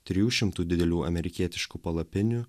trijų šimtų didelių amerikietiškų palapinių